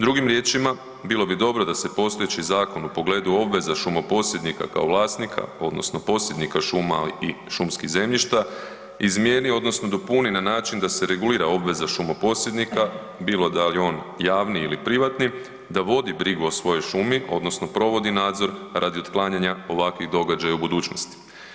Drugim riječima, bilo bi dobro da se postojeći zakon u pogledu obveza šumoposjednika kao vlasnika odnosno posjednika šuma, ali i šumskih zemljišta izmijeni odnosno dopuni na način da se regulira obveza šumoposjednika, bilo da je on javni ili privatni, da vodi brigu o svojoj šumi odnosno provodi nadzor radi otklanjanja ovakvih događaja u budućnosti.